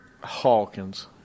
Hawkins